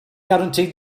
guaranteed